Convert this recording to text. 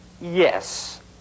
Yes